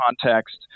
context